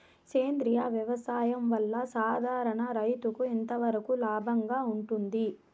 సేంద్రియ వ్యవసాయం వల్ల, సాధారణ రైతుకు ఎంతవరకు లాభంగా ఉంటుంది?